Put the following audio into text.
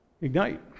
Ignite